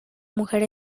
mujer